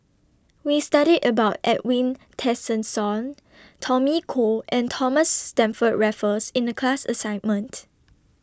We studied about Edwin Tessensohn Tommy Koh and Thomas Stamford Raffles in The class assignment